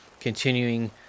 continuing